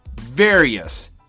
Various